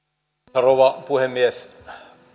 rouva puhemies